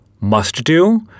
must-do